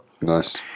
Nice